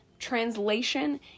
Translation